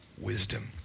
wisdom